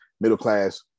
Middle-class